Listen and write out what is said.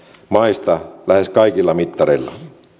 maista lähes kaikilla mittareilla